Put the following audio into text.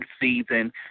season